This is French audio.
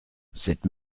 cette